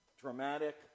dramatic